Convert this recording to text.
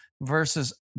versus